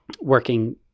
working